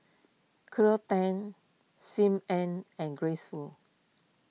Cleo Thang Sim Ann and Grace Fu